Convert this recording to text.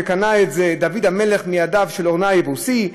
שקנה דוד המלך מידיו של ארוונה היבוסי,